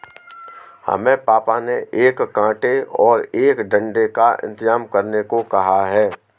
हमें पापा ने एक कांटे और एक डंडे का इंतजाम करने को कहा है